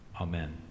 Amen